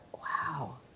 wow